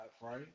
right